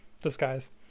disguise